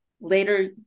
later